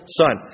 son